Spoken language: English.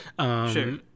Sure